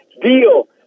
Deal